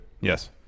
Yes